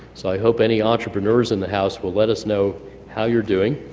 so i hope any entrepreneurs in the house will let us know how you're doing.